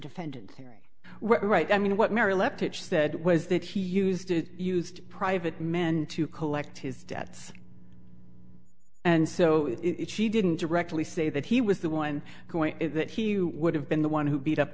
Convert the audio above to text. defendant were right i mean what mary leftish said was that he used to used private men to collect his debts and so if he didn't directly say that he was the one going that he would have been the one who beat up